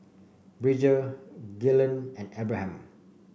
Bridger Gaylon and Abraham